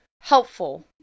helpful